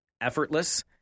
effortless